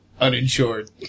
uninsured